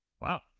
Wow